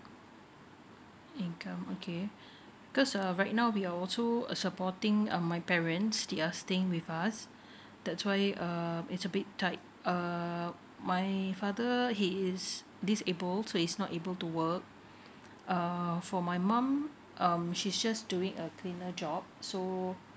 rental income okay because um right now we are also supporting um my parents they are staying with us that's why uh it's a bit tight uh my father he is disable so he is not able to work err for my mom um she's just doing a cleaner job so